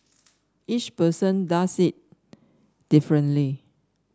each person does it differently